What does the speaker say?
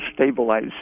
stabilize